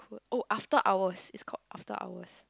oh after hours is called after hours